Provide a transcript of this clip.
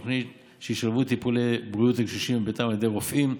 תוכניות שישלבו טיפולי בריאות לקשישים בביתם על ידי רופאים,